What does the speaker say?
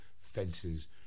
Fences